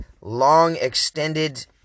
long-extended